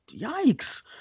Yikes